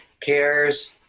cares